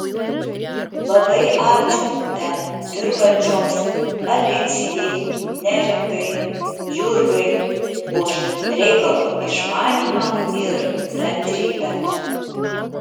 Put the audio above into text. labai ačiū ten dirbančioms alicijai neringai jurgai už reikalo išmanymą ir kantrybę